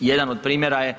Jedan od primjera je